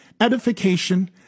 edification